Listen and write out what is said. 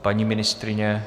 Paní ministryně?